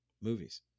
movies